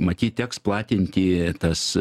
matyt teks platinti tas